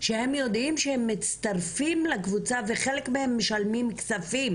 שהם יודעים שהם מצטרפים לקבוצה וחלק מהם משלמים כספים